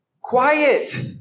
Quiet